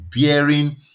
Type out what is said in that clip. bearing